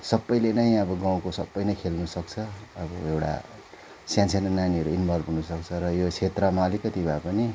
सबैले नै अब गाउँको सबै नै खेल्नु सक्छ अब एउटा सान्सानो नानीहरू इन्भल्भ हुन सक्छ र यो क्षेत्रमा अलिकति भए पनि